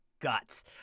guts